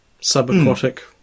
sub-aquatic